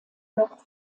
noch